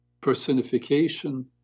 personification